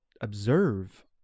observe